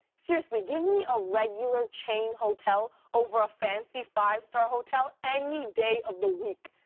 seriously, give me a regular chain hotel over a fancy five-star hotel any day of the week.